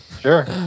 Sure